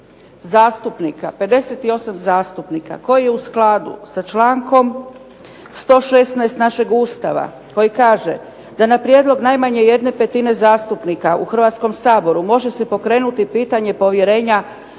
58 zastupnika koji je u skladu sa člankom 116. našeg Ustava, koji kaže da na prijedlog najmanje jedne petine zastupnika u Hrvatskom saboru može se pokrenuti pitanje povjerenja